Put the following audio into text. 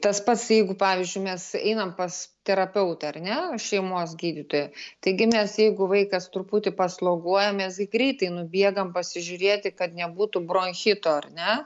tas pats jeigu pavyzdžiui mes einam pas terapeutą ar ne šeimos gydytoją taigi mes jeigu vaikas truputį pasloguoja mes gi greitai nubėgam pasižiūrėti kad nebūtų bronchito ar ne